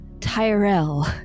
Tyrell